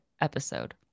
episode